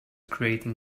creating